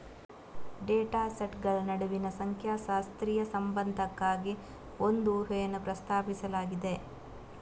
data ಸೆಟ್ಗಳ ನಡುವಿನ ಸಂಖ್ಯಾಶಾಸ್ತ್ರೀಯ ಸಂಬಂಧಕ್ಕಾಗಿ ಒಂದು ಊಹೆಯನ್ನು ಪ್ರಸ್ತಾಪಿಸಲಾಗಿದೆ